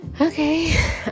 Okay